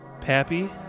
Pappy